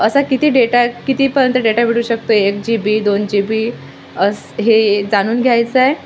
असा किती डेटा कितीपर्यंत डेटा भेटू शकतो एक जी बी दोन जी बी असं हे जाणून घ्यायचं आहे